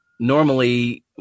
Normally